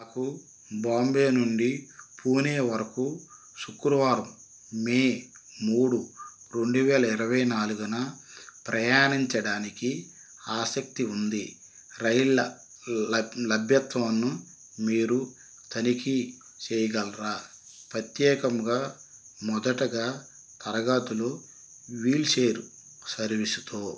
నాకు బాంబే నుండి పూణే వరకు శుక్రవారం మే మూడు రెండు వేల ఇరవై నాలుగున ప్రయాణించడానికి ఆసక్తి ఉంది రైళ్ళ లభ్యతను మీరు తనిఖీ చెయ్యగలరా ప్రత్యేకంగా మొదటగా తరగతులు వీల్చైర్ సర్వీసుతో